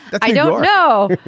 i don't know.